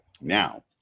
Now